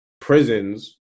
prisons